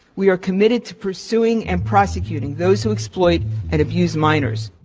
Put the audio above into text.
we are committed to pursuing and prosecuting those who exploit and abuse minors.